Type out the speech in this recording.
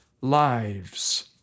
lives